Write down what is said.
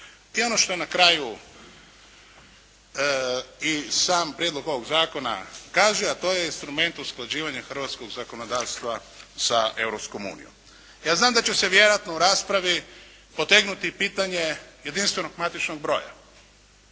ono što na kraju, i sam prijedlog ovog zakona kaže, a to je instrument usklađivanja hrvatskog zakonodavstva sa Europskom Unijom. Ja znam da će se vjerojatno u raspravi potegnuti pitanje jedinstvenog matičnog broja.